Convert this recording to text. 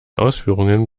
ausführungen